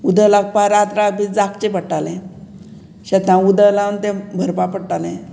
उद लागपा रात रात भर जागचें पडटालें शेतां उदक लावन तें भरपा पडटालें